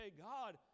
god